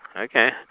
Okay